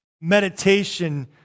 meditation